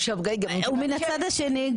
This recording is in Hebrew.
ומן הצד השני,